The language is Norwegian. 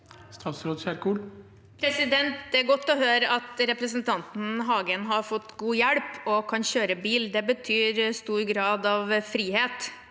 Ingvild Kjerkol Det er godt å høre at representanten Hagen har fått god hjelp og kan kjøre bil. Det betyr stor grad av frihet.